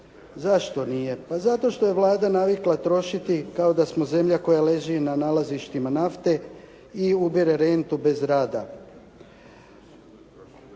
Zašto nije? Pa zato što je Vlada navikla trošiti kao da smo zemlja koja leži na nalazištima nafte i ubire rentu bez rada.